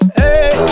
hey